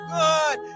good